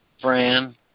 Fran